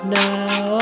now